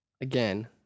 again